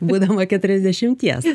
būdama keturiasdešimties